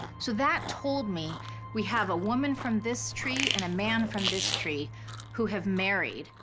so that told me we have a woman from this tree and a man from this tree who have married.